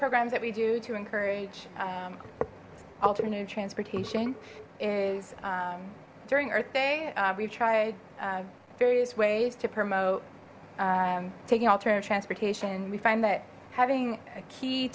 programs that we do to encourage alternative transportation is during earth day we've tried various ways to promote taking alternative transportation we find that having a key